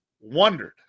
wondered